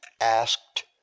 asked